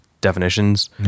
definitions